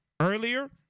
earlier